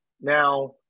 Now